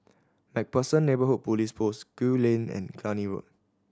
Macpherson Neighbourhood Police Post Gul Lane and Cluny Road